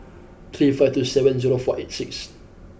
three five two seven zero four eight six